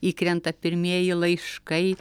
įkrenta pirmieji laiškai